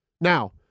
Now